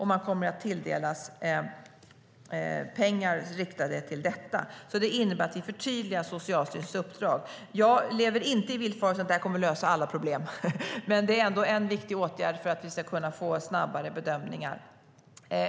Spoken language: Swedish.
Man kommer att tilldela pengar riktade till detta. Det innebär att vi förtydligar Socialstyrelsens uppdrag. Jag lever inte i villfarelsen att det här kommer att lösa alla problem, men det är ändå en viktig åtgärd för att vi ska kunna få snabbare bedömningar.